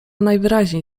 najwyraźniej